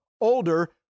older